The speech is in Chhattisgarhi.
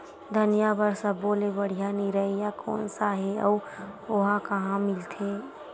धनिया बर सब्बो ले बढ़िया निरैया कोन सा हे आऊ ओहा कहां मिलथे?